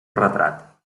retrat